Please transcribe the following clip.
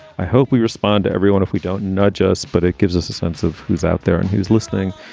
i hope we respond to everyone if we don't nudge us. but it gives us a sense of who's out there and who's listening.